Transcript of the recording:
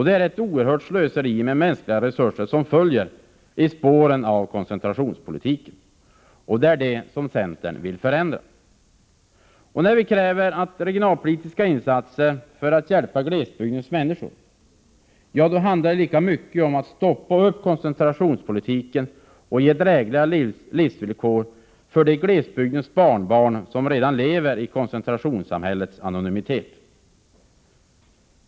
Det är ett oerhört slöseri med mänskliga resurser som följer i spåren av koncentrationspolitiken, och det är detta som centern vill förändra. Och när vi kräver regionalpolitiska insatser för att hjälpa glesbygdens människor handlar det lika mycket om att stoppa upp koncentrationspolitiken och ge drägligare levnadsvillkor för de glesbygdens barnbarn som redan lever i koncentrationssamhällets anonymitet.